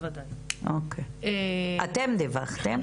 אתם דיווחתם?